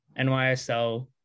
nysl